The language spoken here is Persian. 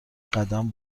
قدم